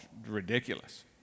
ridiculous